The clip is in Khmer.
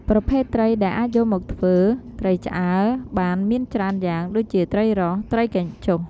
ប្រភេទត្រីដែលអាចយកមកធ្វើ ត្រីឆ្អើរ បានមានច្រើនយ៉ាងដូចជាត្រីរ៉ស់ ត្រីកញ្ជុះ។